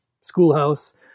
schoolhouse